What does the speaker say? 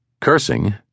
Cursing